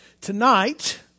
tonight